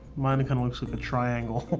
mine kinda looks like a triangle.